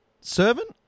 servant